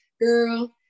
Girl